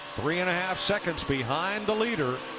three and a half seconds behind the leader.